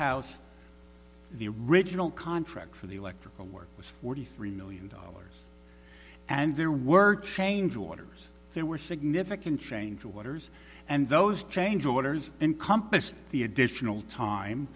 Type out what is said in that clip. house the original contract for the electrical work was forty three million dollars and there were change waters there were significant change waters and those change orders encompassed the additional time